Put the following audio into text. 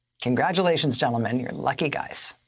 congratulations, gentleman, you're lucky guys.